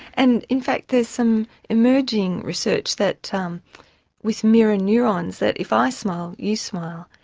and in fact there's some emerging research that um with mirror neurons, that if i smile you smile,